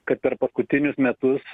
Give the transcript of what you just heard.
kad per paskutinius metus